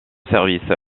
service